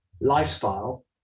lifestyle